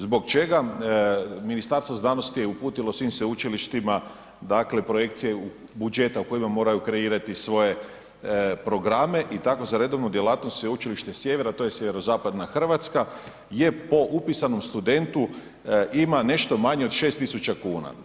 Zbog čega Ministarstvo znanosti je uputilo svim sveučilištima dakle projekcije budžeta u kojima moraju kreirati svoje programe i tako za redovnu djelatnost Sveučilište Sjever, a to je sjeverozapadna Hrvatska je po upisanom studentu ima nešto manje od 6.000 kuna?